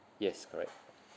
yes correct